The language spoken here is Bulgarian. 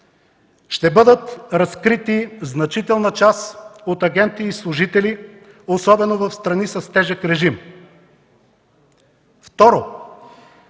ще бъдат разкрити значителна част от агенти и служители особено в страни с тежък режим. Второ,